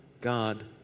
God